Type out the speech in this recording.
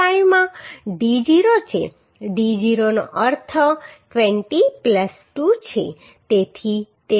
5 માં d 0 છે d 0 નો અર્થ 20 2 છે તેથી તે 33 મિલીમીટર આવે છે